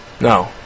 No